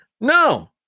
No